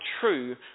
true